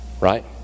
Right